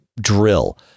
drill